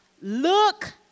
Look